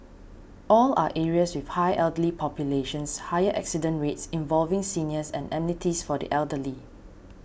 all are areas with high elderly populations higher accident rates involving seniors and amenities for the elderly